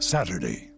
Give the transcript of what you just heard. Saturday